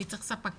אני צריך ספקים,